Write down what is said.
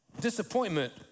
disappointment